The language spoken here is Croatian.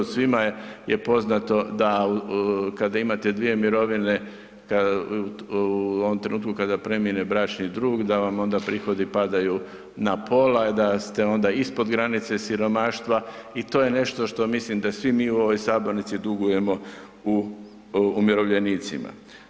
Svima je poznato da kada imate dvije mirovine, u ovom trenutku kada premine bračni drug, da vam onda prihodi padaju na pola, da ste onda ispod granice siromaštva i to je nešto što mislim da svi mi u ovoj sabornici dugujemo umirovljenicima.